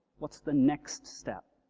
what's the next step?